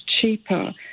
cheaper